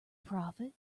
prophet